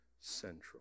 central